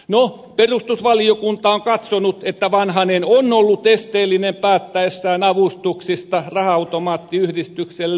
no perustuslakivaliokunta on katsonut että vanhanen on ollut esteellinen päättäessään avustuksista raha automaattiyhdistykselle